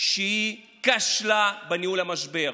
שהיא כשלה בניהול המשבר,